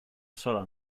sola